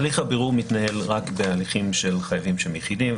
הליך הבירור מתנהל רק בהליכים של חייבים שהם יחידים,